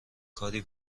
کاری